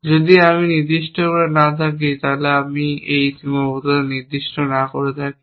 যদি আমরা নির্দিষ্ট না করে থাকি যদি আমরা একটি সীমাবদ্ধতা নির্দিষ্ট না করে থাকি